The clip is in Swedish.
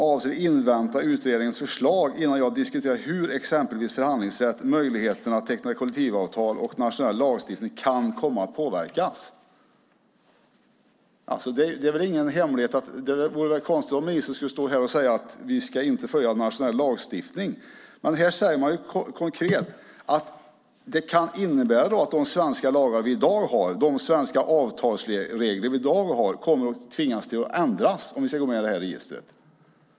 avser att invänta utredningens förslag innan jag diskuterar hur exempelvis förhandlingsrätt, möjligheterna att teckna kollektivavtal och nationell lagstiftning kan komma att påverkas." Det vore väl konstigt om ministern stod här och sade att vi inte ska följa nationell lagstiftning, men här säger hon konkret att det kan komma att innebära att de svenska lagar och avtalsregler som gäller i dag behöver ändras om vi ska gå med i registret.